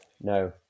no